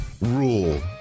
rule